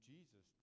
Jesus